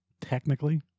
Technically